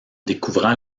découvrant